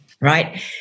right